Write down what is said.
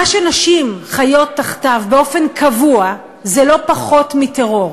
מה שנשים חיות תחתיו באופן קבוע זה לא פחות מטרור,